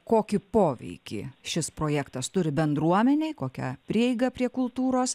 kokį poveikį šis projektas turi bendruomenei kokią prieigą prie kultūros